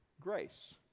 grace